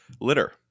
litter